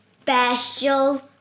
special